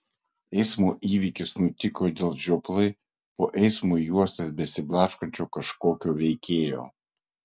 eismo įvykis nutiko dėl žioplai po eismo juostas besiblaškančio kažkokio veikėjo